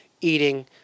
eating